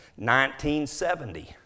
1970